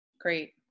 Great